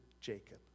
Jacob